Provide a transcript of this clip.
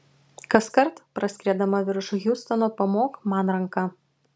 kaskart praskriedama virš hjustono pamok man ranka